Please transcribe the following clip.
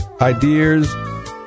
ideas